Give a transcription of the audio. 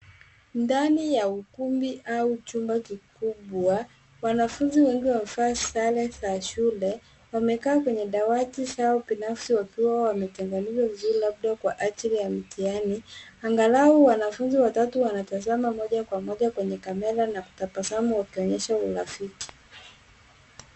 Ndani ya ukumbi au chumba kikubwa, wanafunzi wengi wamevaa sare za shule. Wamekaa kwenye dawati sawa binafsi wakiwa wametenganinshwa vizuri, labda kwa ajili ya mitihani. Angalau wanafunzi watatu wanatazama moja kwa moja kwenye kamera na kutabasamu wakionyesha urafiki.